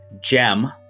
gem